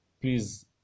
please